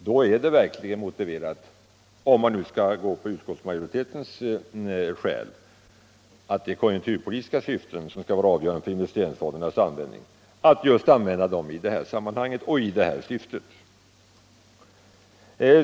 Då är det verkligen motiverat — om man nu skall gå på utskottsmajoritetens skäl — att det är konjunkturpolitiska syften som skall vara avgörande för investeringsfondernas användning, dvs. att just använda dem i det här sammanhanget och i energibesparingssyften.